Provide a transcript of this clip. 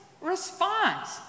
response